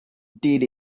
did